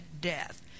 death